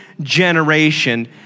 generation